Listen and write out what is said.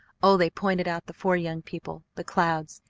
oh, they pointed out the four young people, the clouds,